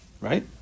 Right